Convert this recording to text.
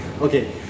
Okay